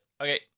Okay